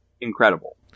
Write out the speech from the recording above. incredible